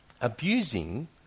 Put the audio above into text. abusing